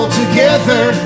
together